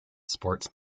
sports